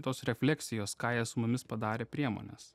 tos refleksijos ką jie su mumis padarė priemonės